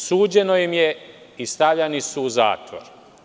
Suđeno im je i stavljani su u zatvor.